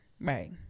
Right